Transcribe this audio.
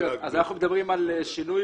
אז אנחנו מדברים על שינוי,